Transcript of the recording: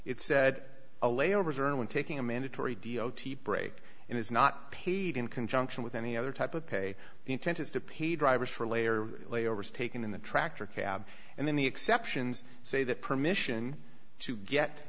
it said a layover journey when taking a mandatory d o t break and is not paid in conjunction with any other type of pay the intent is to pay drivers for layer layovers taken in the tractor cab and then the exceptions say that permission to get